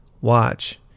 watch